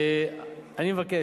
אבקש,